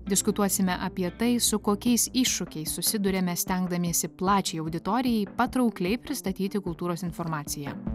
diskutuosime apie tai su kokiais iššūkiais susiduriame stengdamiesi plačiai auditorijai patraukliai pristatyti kultūros informaciją